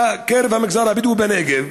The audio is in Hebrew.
בקרב המגזר הבדואי בנגב,